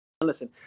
listen